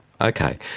Okay